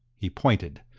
he pointed.